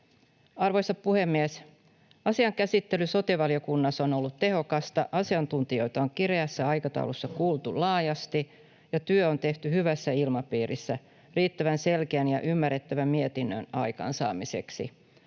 Arvoisa puhemies! Asian käsittely sote-valiokunnassa on ollut tehokasta. Asiantuntijoita on kireässä aikataulussa kuultu laajasti, ja työ on tehty hyvässä ilmapiirissä riittävän selkeän ja ymmärrettävän mietinnön aikaansaamiseksi.